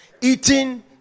eating